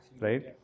right